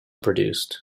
produced